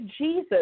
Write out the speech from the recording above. Jesus